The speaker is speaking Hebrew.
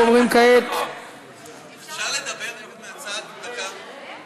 ודבר נוסף שצריך להתקיים כאן זה שאותם עודפים שנותרו והיו אמורים להיות,